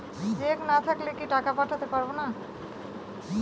Check না থাকলে কি টাকা পাঠাতে পারবো না?